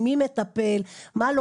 מי מטפל?